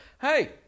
hey